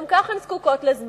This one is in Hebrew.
ולשם כך הן זקוקות לזמן.